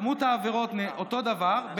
מספר העבירות הוא אותו דבר,